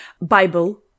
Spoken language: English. Bible